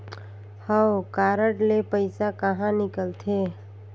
हव कारड ले पइसा कहा निकलथे?